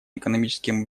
экономическим